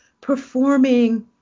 performing